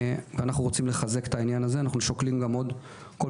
אנחנו רוצים לחזק את זה ושוקלים גם עוד הצעות.